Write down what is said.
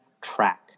track